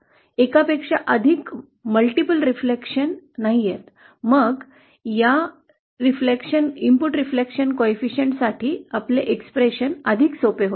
एकापेक्षा अधिक प्रतिबिंबितं होत नाहीयेत मग या इनपुट प्रतिबिंब सहकार्यक्षमते साठीची आपली अभिव्यक्ती अधिक सोपी होते